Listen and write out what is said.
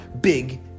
big